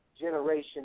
generation